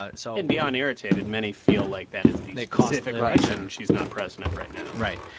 ah so. and beyond irritated many feel like that is the specific reason she's not president right now right.